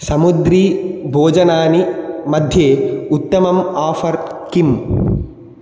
समुद्रीभोजनानि मध्ये उत्तमम् ओफ़र् किम्